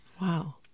Wow